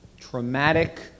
traumatic